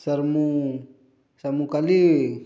sir ମୁଁ sir ମୁଁ କାଲି